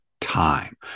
time